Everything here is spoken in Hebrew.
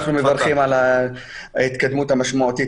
אנחנו מברכים על ההתקדמות המשמעותית